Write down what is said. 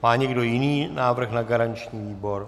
Má někdo jiný návrh na garanční výbor?